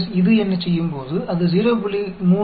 तो जब हम इसे 1 यह करते हैं और वह 030 पर आ जाएगा